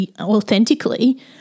authentically